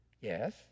Yes